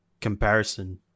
comparison